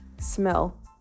smell